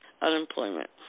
Unemployment